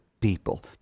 People